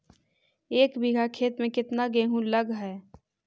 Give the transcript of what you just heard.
एक बिघा खेत में केतना गेहूं लग है?